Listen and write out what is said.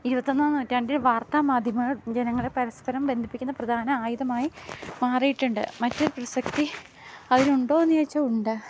ഇരുപത്തൊന്നാം നൂറ്റാണ്ടിൽ വാർത്താ മാധ്യമങ്ങൾ ജനങ്ങളെ പരസ്പരം ബന്ധിപ്പിക്കുന്ന പ്രധാന ആയുധമായി മാറിയിട്ടുണ്ട് മറ്റ് പ്രസക്തി അതിനുണ്ടോന്ന് ചോദിച്ചാൽ ഉണ്ട്